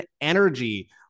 energy